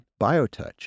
biotouch